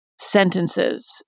sentences